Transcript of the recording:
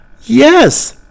Yes